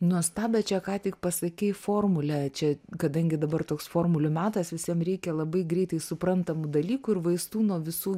nuostabią čia ką tik pasakei formulę čia kadangi dabar toks formulių metas visiem reikia labai greitai suprantamų dalykų ir vaistų nuo visų